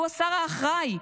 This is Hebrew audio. שהוא השר האחראי,